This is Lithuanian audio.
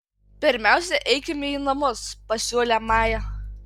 pirmiausia eikime į namus pasiūlė maja